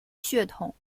血统